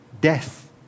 death